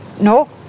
no